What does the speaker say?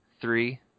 three